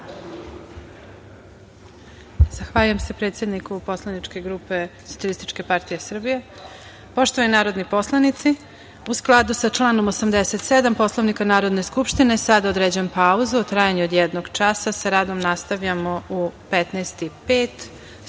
Zahvaljujem se predsedniku poslaničke grupe SPS.Poštovani narodni poslanici, u skladu sa članom 87. Poslovnika Narodne skupštine, sada određujem pauzu u trajanju od jednog časa. Sa radom nastavljamo u 15